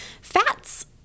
fats